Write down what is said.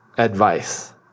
advice